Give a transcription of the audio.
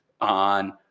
on